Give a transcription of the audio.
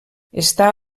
està